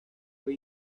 fue